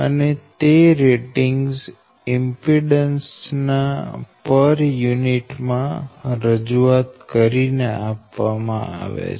અને તે rating impedance ના પર યુનિટ માં રજૂઆત કરીને આપવામાં આવે છે